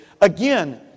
Again